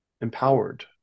empowered